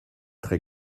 très